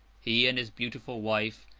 he, and his beautiful wife,